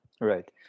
Right